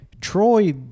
Troy